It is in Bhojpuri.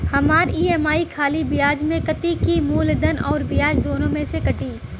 हमार ई.एम.आई खाली ब्याज में कती की मूलधन अउर ब्याज दोनों में से कटी?